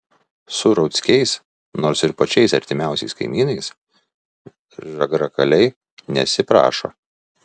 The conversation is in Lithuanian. su rauckiais nors ir pačiais artimiausiais kaimynais žagrakaliai nesiprašo